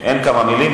אין כמה מלים.